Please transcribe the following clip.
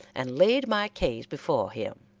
and laid my case before him.